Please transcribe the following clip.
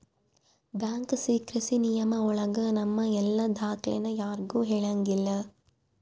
bank secrecy ನಿಯಮ ಒಳಗ ನಮ್ ಎಲ್ಲ ದಾಖ್ಲೆನ ಯಾರ್ಗೂ ಹೇಳಂಗಿಲ್ಲ